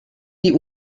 die